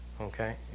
okay